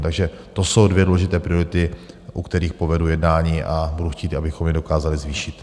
Takže to jsou dvě důležité priority, u kterých povedu jednání a budu chtít, abychom ji dokázali zvýšit.